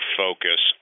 focus